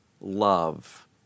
love